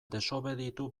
desobeditu